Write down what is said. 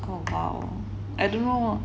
oh !wow! I don't know